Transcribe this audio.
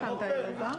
מה אתה אומר?